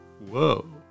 whoa